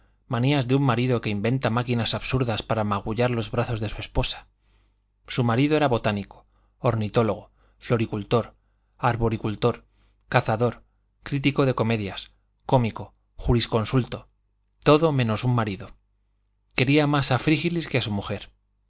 manías de un marido que inventa máquinas absurdas para magullar los brazos de su esposa su marido era botánico ornitólogo floricultor arboricultor cazador crítico de comedias cómico jurisconsulto todo menos un marido quería más a frígilis que a su mujer